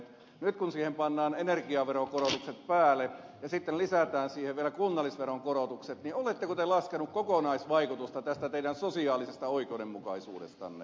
nyt kun siihen pannaan energiaveron korotukset päälle ja sitten lisätään siihen vielä kunnallisveron korotukset oletteko te laskenut kokonaisvaikutusta tästä teidän sosiaalisesta oikeudenmukaisuudestanne